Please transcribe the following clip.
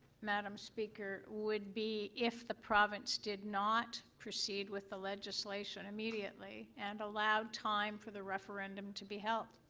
madam speaker, would be if the province did not proceed with the legislation immediately, and allowed time for the referendum to be held.